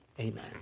Amen